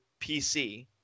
PC